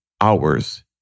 hours